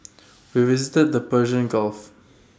we visited the Persian gulf